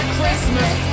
Christmas